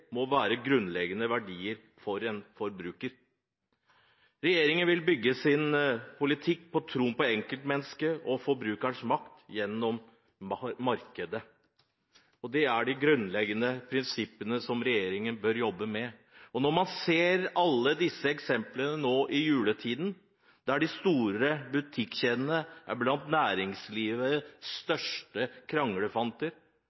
må være grunnleggende verdier for en forbruker. Regjeringen vil bygge sin politikk på troen på enkeltmennesket og på forbrukerens makt gjennom markedet, og det er de grunnleggende prinsippene som regjeringen bør jobbe med. Når man nå i juletiden ser alle disse eksemplene på at de store butikkjedene er blant næringslivets